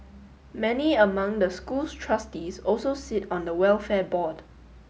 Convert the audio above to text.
many among the school's trustees also sit on the welfare board